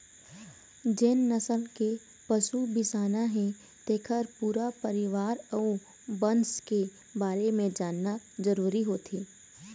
जेन नसल के पशु बिसाना हे तेखर पूरा परिवार अउ बंस के बारे म जानना जरूरी होथे